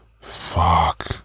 fuck